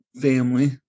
family